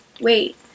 wait